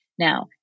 Now